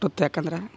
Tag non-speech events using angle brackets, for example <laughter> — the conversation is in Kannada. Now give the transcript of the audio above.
<unintelligible> ಯಾಕಂದ್ರೆ